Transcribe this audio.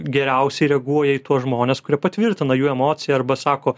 geriausiai reaguoja į tuos žmones kurie patvirtina jų emociją arba sako